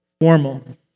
formal